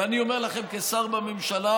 ואני אומר לכם כשר בממשלה: